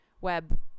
web